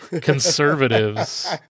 conservatives